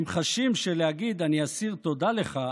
הם חשים שלהגיד "אני אסיר תודה לך",